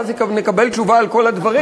ואז נקבל תשובה על כל הדברים יחד.